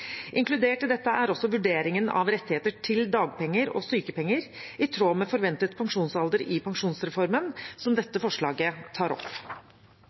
Inkludert i dette er også vurderingen av rettigheter til dagpenger og sykepenger i tråd med forventet pensjonsalder i pensjonsreformen, som dette forslaget tar opp.